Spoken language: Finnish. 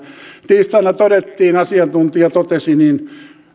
tiistaina todettiin asiantuntija totesi